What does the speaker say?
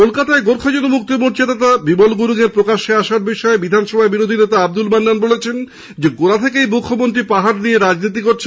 কলকাতায় গোর্খা জনমুক্তি মোর্চা নেতা বিমল গুরুং এর প্রকাশ্যে আসার বিষয়ে বিধানসভায় বিরোধী নেতা আব্দুল মান্নান বলেন গোড়া থেকেই মুখ্যমন্ত্রী পাহাড় নিয়ে রাজনীতি করছেন